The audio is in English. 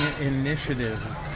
Initiative